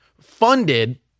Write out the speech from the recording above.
funded